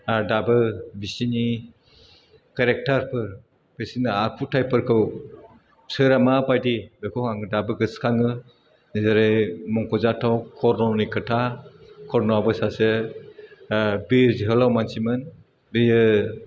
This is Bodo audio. आर दाबो बिसिनि केरेक्टारफोर बिसिनि आखुथाइफोरखौ सोरहा मा बायदि बेखौ आङो दाबो गोसोखाङो जेरै मख'जाथाव कर्णनि खोथा कर्णआबो सासे बिर जोहोलाव मानसिमोन बेयो